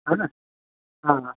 हन हा हा